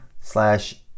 slash